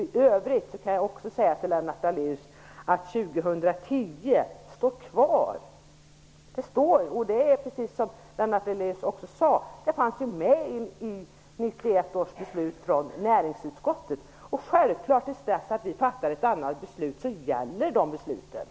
I övrigt kan jag också säga till Lennart Daléus att 2010 står kvar. Precis som Lennart Daléus sade fanns det årtalet med i 1991 års beslut från näringsutskottet. Tills vi fattar ett annat beslut gäller det naturligtvis.